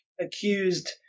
accused